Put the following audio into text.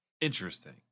Interesting